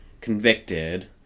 convicted